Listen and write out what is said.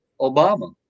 Obama